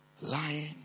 Lying